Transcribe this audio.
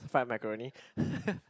fried macaroni